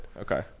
Okay